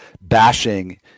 bashing